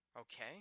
okay